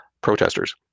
protesters